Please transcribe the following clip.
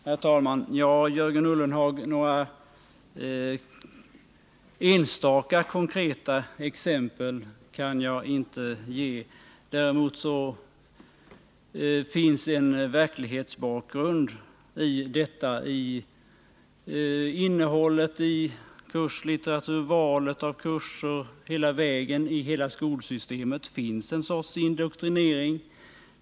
Herr talman! Ja, Jörgen Ullenhag, några enstaka konkreta exempel kan jag inte ge. Däremot finns en verklighetsbakgrund till detta i kurslitteraturens innehåll och i valet av kurser. Inom hela skolsystemet förekommer en sorts indoktrinering.